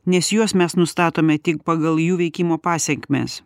nes juos mes nustatome tik pagal jų veikimo pasekmes